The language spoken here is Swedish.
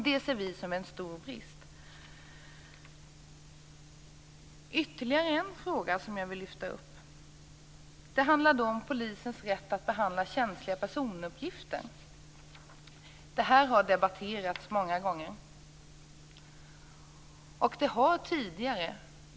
Det ser vi som en stor brist. Ytterligare en fråga som jag vill lyfta fram handlar om polisens rätt att behandla känsliga personuppgifter. Detta har debatterats många gånger.